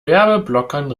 werbeblockern